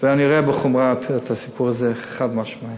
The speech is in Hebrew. ואני רואה בחומרה את הסיפור הזה, חד-משמעית.